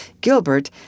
Gilbert